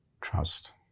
Trust